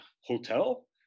hotel